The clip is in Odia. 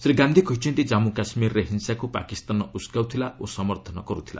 ଶ୍ରୀ ଗାନ୍ଧୀ କହିଛନ୍ତି ଜାମ୍ମୁ କାଶ୍ମୀରରେ ହିଂସାକୁ ପାକିସ୍ତାନ ଉସ୍କାଉଥିଲା ଓ ସମର୍ଥନ କରୁଥିଲା